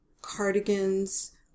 cardigans